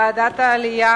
ועדת העלייה,